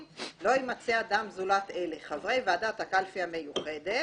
לא ימצא אדם זולת אלה: חברי ועדת הקלפי המיוחדת